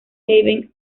haven